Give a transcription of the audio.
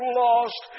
lost